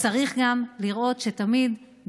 וצריך גם לראות שתמיד,